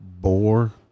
boar